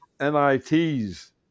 NITs